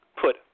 put